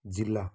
जिल्ला